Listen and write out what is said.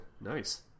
Nice